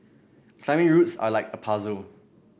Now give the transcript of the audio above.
climbing routes are like a puzzle